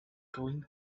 going